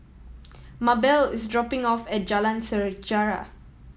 Mabelle is dropping off at Jalan Sejarah